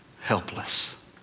helpless